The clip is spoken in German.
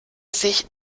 sich